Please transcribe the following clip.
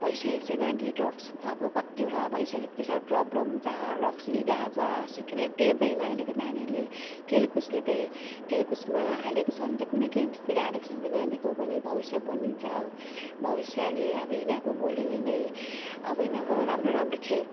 भइसकेको छ नानीहरू ड्रग्स अब कतिवटा भइसक्यो यति साह्रो प्रोब्लम जाँड रक्सी गाँजा सिग्रेट टेर्दैन अहिलेको नानीहरूले खेलकुदले चाहिँ खेलकुदमा हालेको छ भने चाहिँ कुनै गेम्सतिर हालेको छ भने चाहिँ नानीको पनि भविष्य बनिन्छ भविष्यले अब यिनीहरूको गोलीले नै अब यिनीहरूको राम्रो राम्रो खेल